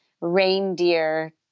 reindeer